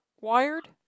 wired